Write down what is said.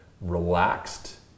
relaxed